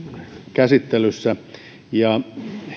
käsittelyssä ja